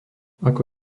ako